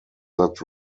that